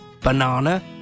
banana